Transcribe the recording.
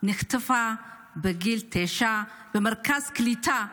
שנחטפה בגיל תשע ממרכז קליטה,